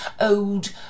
old